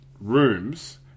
rooms